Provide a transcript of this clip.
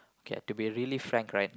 okay to be really frank right